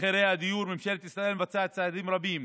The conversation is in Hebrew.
מחירי הדיור, ממשלת ישראל מבצעת צעדים רבים